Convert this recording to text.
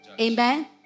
Amen